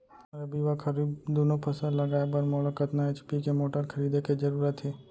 रबि व खरीफ दुनो फसल लगाए बर मोला कतना एच.पी के मोटर खरीदे के जरूरत हे?